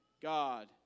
God